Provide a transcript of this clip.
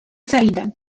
سعيدة